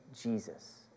Jesus